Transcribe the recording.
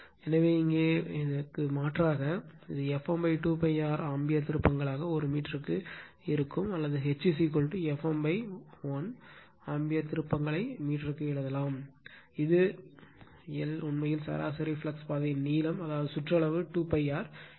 எனவே இங்கே மாற்றாக இது Fm 2 π R ஆம்பியர் திருப்பங்களாக ஒரு மீட்டருக்கு இருக்கும் அல்லது H Fm l ஆம்பியர் திருப்பங்களை மீட்டருக்கு எழுதலாம் இது l உண்மையில் சராசரி ஃப்ளக்ஸ் பாதையின் நீளம் அதாவது சுற்றளவு 2 π R